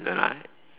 no lah